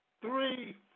three